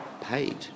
paid